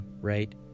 right